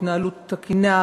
ההתנהלות התקינה,